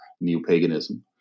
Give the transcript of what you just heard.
neo-paganism